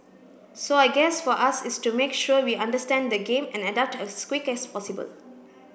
so I guess for us is to make sure we understand the game and adapt as quick as possible